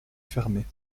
fermé